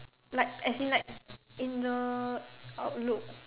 like as in like in the outlook